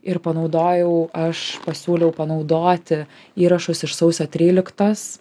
ir panaudojau aš pasiūliau panaudoti įrašus iš sausio tryliktosios